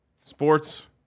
Sports